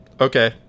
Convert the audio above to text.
Okay